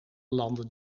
landen